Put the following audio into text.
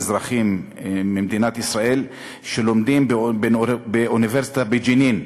אזרחים, במדינת ישראל שלומדים באוניברסיטה בג'נין,